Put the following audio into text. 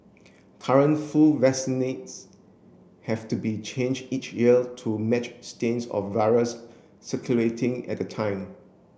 current flu vaccinates have to be changed each year to match stains of virus circulating at the time